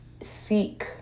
seek